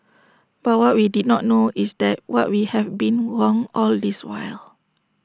but what we did not know is that what we have been wrong all this while